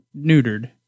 neutered